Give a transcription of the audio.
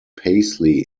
paisley